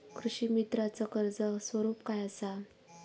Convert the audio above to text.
कृषीमित्राच कर्ज स्वरूप काय असा?